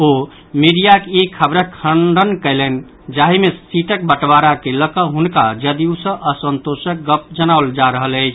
ओ मीडियाक ई खबरक खंडण कयलनि जाहि मे सीटक बंटवारा के लऽ कऽ हुनका जदयू सँ असंतोषक गप जनाओल जा रहल अछि